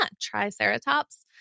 triceratops